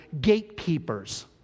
gatekeepers